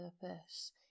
purpose